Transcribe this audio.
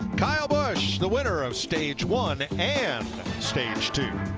kyle busch, the winner of stage one and stage two